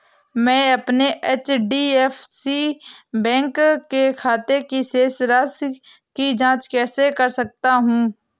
मैं अपने HDFC bank के खाते की शेष राशि की जाँच कैसे कर सकता हूँ?